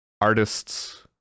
artists